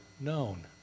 known